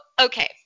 okay